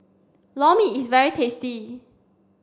Lor Mee is very tasty